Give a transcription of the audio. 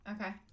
Okay